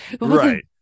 right